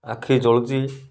ଆଖି ଜଳୁଛି